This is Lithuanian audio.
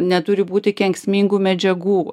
neturi būti kenksmingų medžiagų